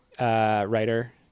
writer